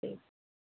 ठीक